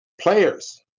players